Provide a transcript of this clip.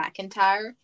McIntyre